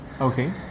Okay